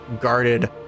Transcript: guarded